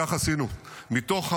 כמובן, תקף חיזבאללה.